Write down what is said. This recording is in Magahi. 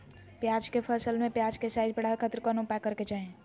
प्याज के फसल में प्याज के साइज बढ़ावे खातिर कौन उपाय करे के चाही?